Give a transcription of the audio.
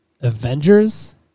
Avengers